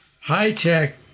high-tech